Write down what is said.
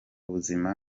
mubuzima